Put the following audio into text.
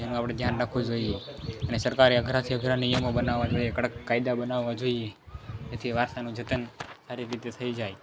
તેનું આપણે ધ્યાન રાખવું જોઈએ અને સરકારે અઘરાથી અઘરા નિયમો બનાવવા જોઈએ કડક કાયદા બનાવવા જોઈએ જેથી વારસાનું જતન સારી રીતે થઈ જાય